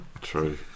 True